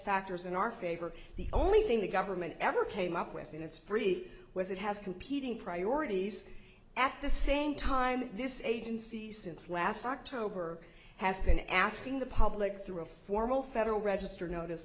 factors in our favor the only thing the government ever came up with and it's pretty was it has competing priorities at the same time this is agencies since last october has been asking the public through a formal federal register notice